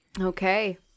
Okay